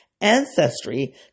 ancestry